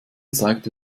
zeigte